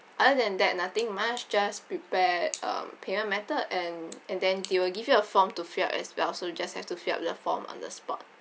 other than that nothing much just prepare um payment method and and then they will give you a form to fill up as well so you just have to fill up the form on the spot